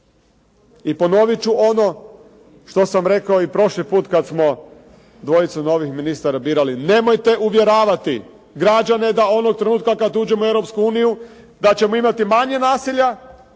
I ponovit ću ono što sam rekao i prošli put kad smo dvojicu novih ministara birali. Nemojte uvjeravati građane da onog trenutka kad uđemo u Europsku uniju da ćemo imati manje nasilja